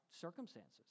circumstances